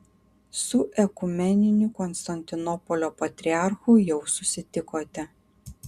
su ekumeniniu konstantinopolio patriarchu jau susitikote